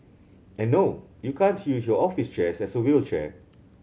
and no you can't use your office chair as a wheelchair